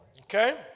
Okay